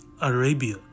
Arabia